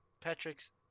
Patrick's